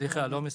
סליחה, לא מסובך.